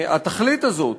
התכלית הזאת,